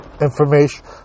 information